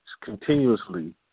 continuously